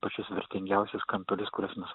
pačius vertingiausius kampelius kuriuos mes